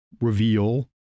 reveal